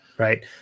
Right